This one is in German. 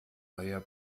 neuer